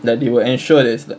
that they will ensure there's like